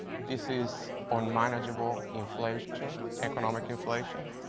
this is unmanageable inflation, economic inflation.